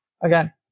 Again